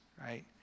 Right